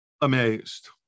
amazed